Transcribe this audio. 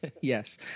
Yes